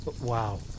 Wow